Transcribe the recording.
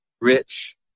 rich